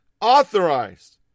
authorized